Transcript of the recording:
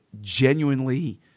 genuinely